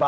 it